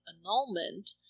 annulment